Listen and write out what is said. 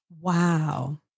Wow